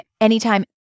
anytime